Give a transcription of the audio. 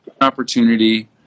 opportunity